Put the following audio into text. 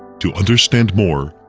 to understand more,